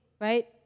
right